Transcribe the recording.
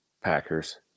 Packers